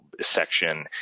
section